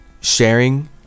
sharing